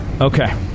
Okay